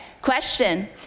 Question